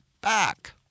back